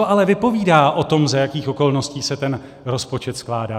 Co to ale vypovídá o tom, za jakých okolností se ten rozpočet skládá?